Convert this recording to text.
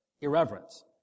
irreverence